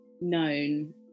known